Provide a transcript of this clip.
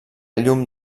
llum